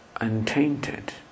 untainted